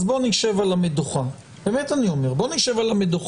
אז בוא נשב על המדוכה באמת אני אומר בוא נשב על המדוכה,